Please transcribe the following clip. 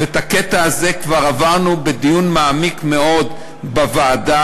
ואת הקטע הזה כבר עברנו בדיון מעמיק מאוד בוועדה.